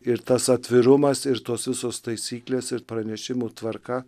ir tas atvirumas ir tos visos taisyklės ir pranešimų tvarka